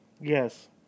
Yes